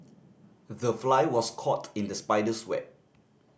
the fly was caught in the spider's web